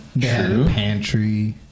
pantry